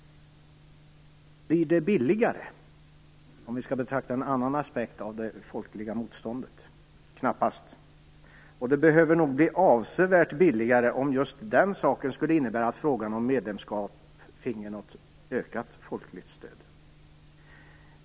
Blir det billigare, för att betrakta en annan aspekt av det folkliga motståndet? Knappast. Och det behöver nog bli avsevärt billigare om just den saken skulle innebära att frågan om medlemskap finge något ökat folkligt stöd.